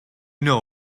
know